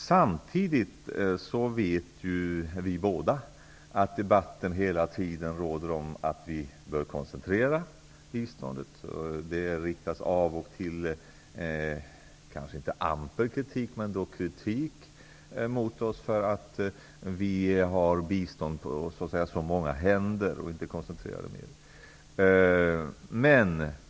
Samtidigt vet vi båda att debatten hela tiden gäller att vi bör koncentrera biståndet. Det riktas av och till kanske inte amper kritik men dock kritik mot oss för att vi fördelar bistånd på så många händer och inte koncentrerar det mer.